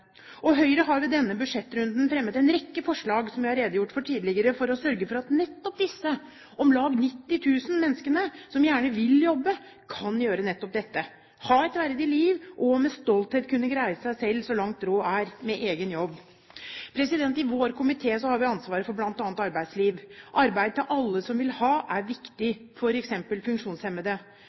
funksjonshemmede. Høyre har ved denne budsjettrunden fremmet en rekke forslag, som jeg har redegjort for tidligere, for å sørge for at nettopp disse om lag 90 000 menneskene, som gjerne vil jobbe, kan gjøre nettopp det, ha et verdig liv og med stolthet kunne greie seg selv, så langt råd er med egen jobb. I vår komité har vi ansvaret for bl.a. arbeidslivet. Arbeid til alle som vil ha, er viktig, f.eks. for funksjonshemmede.